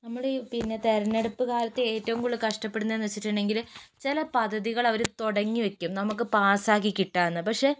നമ്മുടെ പിന്നെ തെരഞ്ഞെടുപ്പ് കാലത്ത് ഏറ്റവും കൂടുതൽ കഷ്ട്ടപ്പെടുന്നതെന്ന് വെച്ചിട്ടുണ്ടെങ്കില് ചില പദ്ധതികള് അവര് തുടങ്ങി വയ്ക്കും നമുക്ക് പാസ്സാക്കി കിട്ടാന് പക്ഷെ